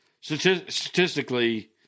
Statistically